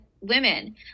women